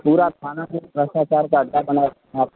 पूरा थाना को भ्रष्टाचार का अड्डा बना रखा है आपने